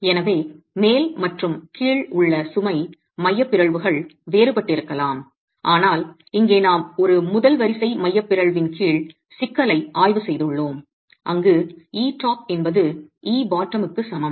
எனவே மேல் மற்றும் கீழ் உள்ள சுமை மையப் பிறழ்வுகள் வேறுபட்டிருக்கலாம் ஆனால் இங்கே நாம் ஒரு முதல் வரிசை மையப் பிறழ்வின் கீழ் சிக்கலை ஆய்வு செய்துள்ளோம் அங்கு etop என்பது ebottom க்கு சமம்